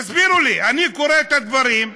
תסבירו לי, אני קורא את הדברים,